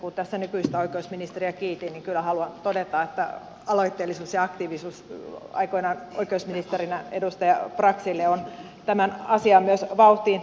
kun tässä nykyistä oikeusministeriä kiitin niin kyllä haluan todeta edustaja braxille että myös hänen aloitteellisuutensa ja aktiivisuutensa aikoinaan oikeusministerinä on tämän asian vauhtiin laittanut